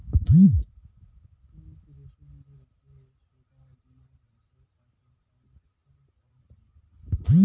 তুত রেশমদের যে সোগায় বীমার হসে তাকে কন্ট্রোল করং হই